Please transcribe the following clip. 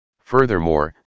Furthermore